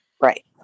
right